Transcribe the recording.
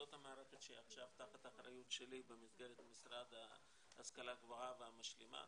זאת המערכת שעכשיו תחת האחריות שלי במסגרת המשרד להשכלה גבוהה והמשלימה.